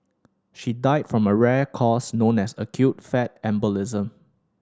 she died from a rare cause known as acute fat embolism